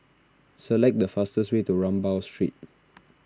select the fastest way to Rambau Street